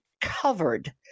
covered